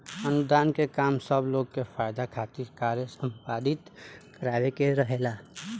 अनुदान के काम सब लोग के फायदा खातिर कार्य संपादित करावे के रहेला